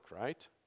right